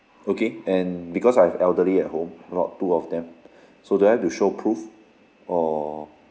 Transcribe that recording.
okay and because I've elderly at home I got two of them so do I have to show proof or